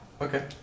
Okay